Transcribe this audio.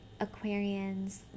Aquarians